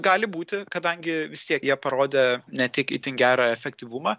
gali būti kadangi vis tiek jie parodė ne tik itin gerą efektyvumą